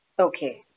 Okay